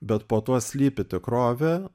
bet po tuo slypi tikrovė